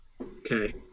Okay